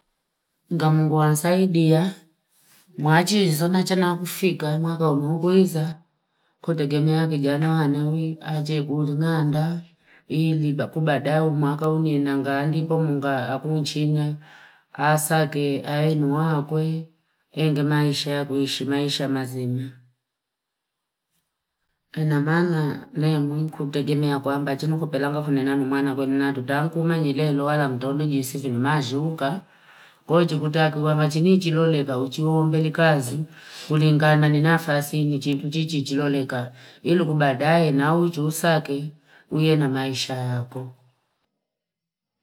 Nga Mungu asaidia nachizo nacha kufika mwaka ulokweza kutegemeana nani aje kulinanda, ili kubdae mwaka uninangalipo ngaa kunchinya asake aenuaakoye ende maisha ya kuishi maisha mazima, inamaana naye mu kumtegemea kwamba chini kupelanga kumina mwana kunina kutaku kumanyile ndoala mtomi siku ni manshuuuka kwaiyo chiku tatuwana chilo chilolika chiwombeni kazi kulingana ni nfasi chitu chichiti wonika ili tubadaee nawichosake iwe na maisha yakwe.